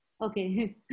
Okay